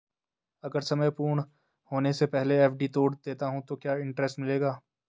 अगर समय पूर्ण होने से पहले एफ.डी तोड़ देता हूँ तो क्या इंट्रेस्ट मिलेगा?